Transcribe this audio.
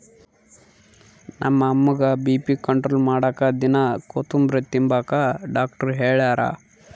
ನಮ್ಮ ಅಮ್ಮುಗ್ಗ BP control ಮಾಡಾಕ ದಿನಾ ಕೋತುಂಬ್ರೆ ತಿಂಬಾಕ ಡಾಕ್ಟರ್ ಹೆಳ್ಯಾರ